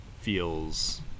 feels